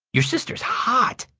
your sister's hot,